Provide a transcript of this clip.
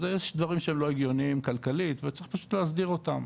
אז יש דברים שהם לא הגיוניים כלכלית וצריך פשוט להסדיר אותם,